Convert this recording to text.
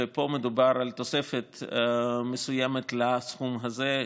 ופה מדובר על תוספת מסוימת לסכום הזה,